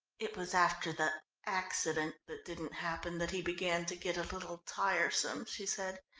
it was after the accident that didn't happen that he began to get a little tiresome, she said.